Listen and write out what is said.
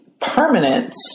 permanence